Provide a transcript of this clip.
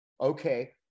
Okay